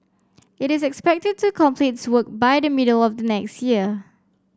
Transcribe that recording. it is expected to complete its work by the middle of the next year